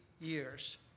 years